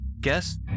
guess